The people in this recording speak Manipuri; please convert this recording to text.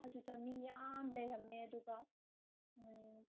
ꯑꯗꯨꯗ ꯃꯤ ꯌꯥꯝ ꯂꯩꯔꯝꯃꯦ ꯑꯗꯨꯒ